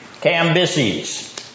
Cambyses